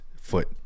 foot